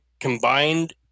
combined